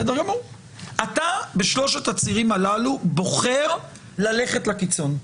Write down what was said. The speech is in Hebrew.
אתה בשלושת הצירים הללו בוחר ללכת לקיצון.